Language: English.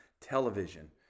Television